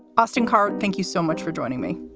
austin carr. thank you so much for joining me.